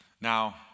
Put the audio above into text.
Now